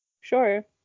Sure